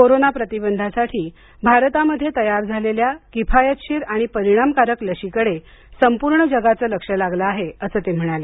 corona प्रतिबंधासाठी भारतामध्ये तयार झालेल्या किफायतशीर आणि परिणामकारक लशीकडे संपूर्ण जगाचं लक्ष लागलं आहे असं ते म्हणाले